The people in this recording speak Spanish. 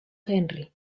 henry